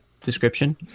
description